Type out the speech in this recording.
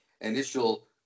initial